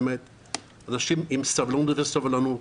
אנשים עם סבלנות וסובלנות,